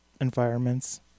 environments